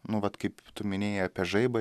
nu vat kaip tu minėjai apie žaibą